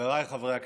חבריי חברי הכנסת,